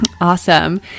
Awesome